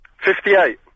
Fifty-eight